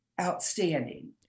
outstanding